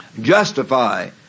Justify